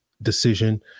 decision